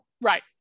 Right